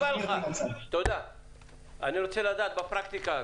אני רוצה לדעת בפרקטיקה,